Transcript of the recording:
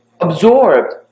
absorbed